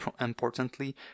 importantly